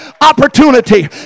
opportunity